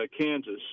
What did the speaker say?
Kansas